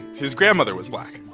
his grandmother was black.